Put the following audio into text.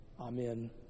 Amen